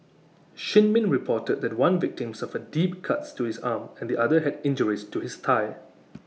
shin min reported that one victim suffered deep cuts to his arm and the other had injuries to his thigh